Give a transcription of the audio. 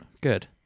Good